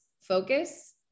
focus